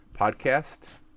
podcast